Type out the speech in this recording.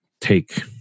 take